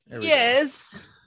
Yes